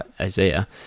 Isaiah